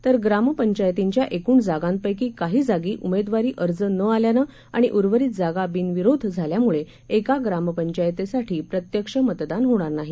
तर ग्रामपंचायतींच्याएकूणजागांपैकीकाहीजागीउमेदवारीअर्जनआल्यानंआणिउर्वरितजागाबिनविरोधझाल्यामुळेएकाग्रामपंचाय तीसाठीप्रत्यक्षमतदानहोणारनाही